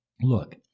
Look